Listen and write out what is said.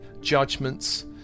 judgments